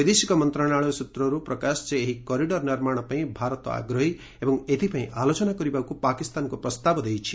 ବୈଦେଶିକ ମନ୍ତ୍ରଣାଳୟ ସୂତ୍ରରୁ ପ୍ରକାଶ ଯେ ଏହି କରିଡର ନିର୍ମାଣ ପାଇଁ ଭାରତ ଆଗ୍ରହୀ ଏବଂ ଏଥିପାଇଁ ଆଲୋଚନା କରିବାକୁ ପାକିସ୍ତାନକୁ ପ୍ରସ୍ତାବ ଦେଇଛି